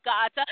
God